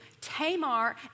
Tamar